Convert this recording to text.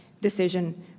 decision